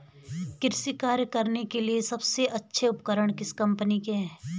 कृषि कार्य करने के लिए सबसे अच्छे उपकरण किस कंपनी के हैं?